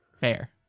Fair